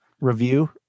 review